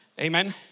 Amen